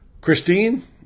Christine